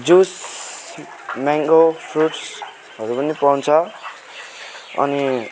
juice mango फ्रुट्सहरू पनि पाउँछ अनि